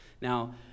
Now